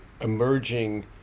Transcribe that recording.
emerging